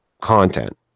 content